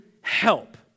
help